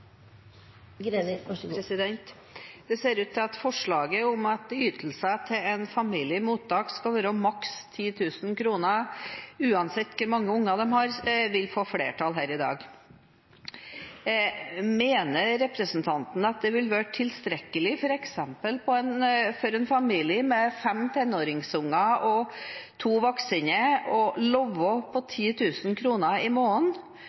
Det ser ut til at forslaget om at ytelser til en familie i mottak skal være maks 10 000 kr uansett hvor mange unger de har, vil få flertall her i dag. Mener representanten det vil være tilstrekkelig for f.eks. en familie med fem tenåringsunger og to voksne, å leve på 10 000 kr i måneden?